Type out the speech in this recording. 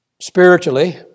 spiritually